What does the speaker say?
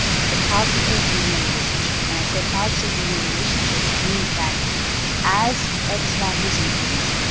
it's a positive, linear relationship. when i say positive linear relationship, it means that as x-values increase,